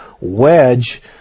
wedge